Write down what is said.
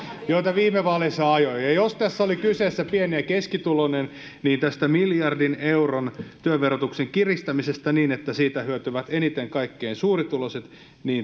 joita viime vaaleissa ajoi ja jos tässä oli kyseessä pieni ja keskituloinen niin tästä miljardin euron työn verotuksen kiristämisestä niin että siitä hyötyvät eniten kaikkein suurituloisimmat